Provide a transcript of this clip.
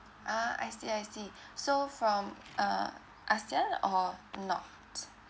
ah I see I see so from err asean or not